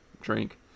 drink